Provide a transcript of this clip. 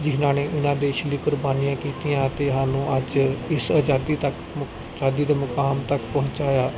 ਜਿਹਨਾਂ ਨੇ ਉਹਨਾਂ ਦੇਸ਼ ਲਈ ਕੁਰਬਾਨੀਆਂ ਕੀਤੀਆਂ ਅਤੇ ਸਾਨੂੰ ਅੱਜ ਇਸ ਆਜ਼ਾਦੀ ਤੱਕ ਆਜ਼ਾਦੀ ਦੇ ਮੁਕਾਮ ਤੱਕ ਪਹੁੰਚਾਇਆ